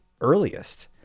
earliest